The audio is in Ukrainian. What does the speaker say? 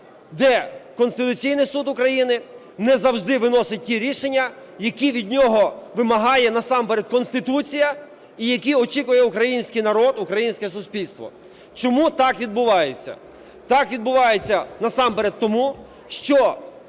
де Конституційний Суд України не завжди виносить ті рішення, які від нього вимагає насамперед Конституція і які очікує український народ, українське суспільство. Чому так відбувається? Так відбувається насамперед тому, що